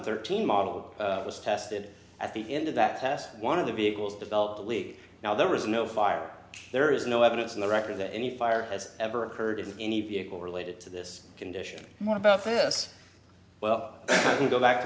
thirteen model was tested at the end of that task one of the vehicles developed the lead now there was no fire there is no evidence in the record that any fire has ever occurred in any vehicle related to this condition what about this well to go back to